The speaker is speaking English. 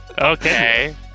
Okay